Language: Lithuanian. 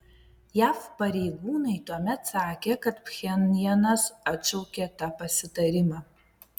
jav pareigūnai tuomet sakė kad pchenjanas atšaukė tą pasitarimą